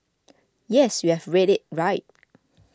yes you have read it right